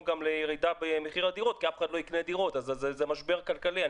גם לירידה במחיר הדירות כי אף אחד לא יקנה דירות וזה משבר כלכלי,